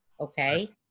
okay